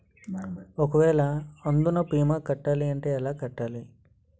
ఒక వేల అందునా భీమా కట్టాలి అంటే ఎలా కట్టాలి?